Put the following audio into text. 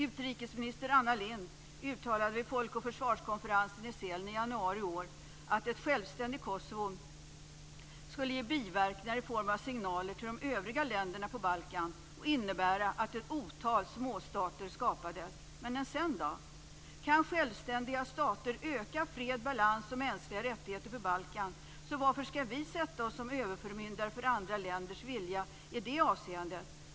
Utrikesminister Anna Lindh uttalade vid Folk och försvars konferens i Sälen i januari i år att ett självständigt Kosovo skulle ge biverkningar i form av signaler till de övriga länderna på Balkan och innebära att ett otal småstater skapades. Men än sedan då. Kan självständiga stater öka fred, balans och mänskliga rättigheter på Balkan, varför skall då vi sätta oss som överförmyndare för andra länders vilja i det avseendet?